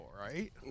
right